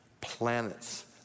planets